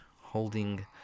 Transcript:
holding